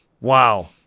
Wow